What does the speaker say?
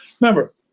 remember